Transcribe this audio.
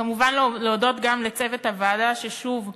כמובן, להודות גם לצוות הוועדה, ששוב,